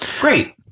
great